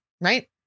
right